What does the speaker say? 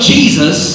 Jesus